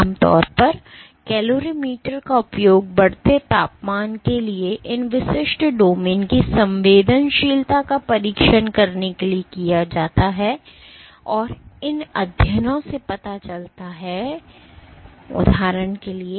इसलिए आमतौर पर कैलोरीमीटर का उपयोग बढ़ते तापमान के लिए इन विशिष्ट डोमेन की संवेदनशीलता का परीक्षण करने के लिए किया गया है और इन अध्ययनों से पता चला है उदाहरण के लिए